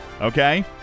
okay